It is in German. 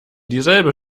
dieselbe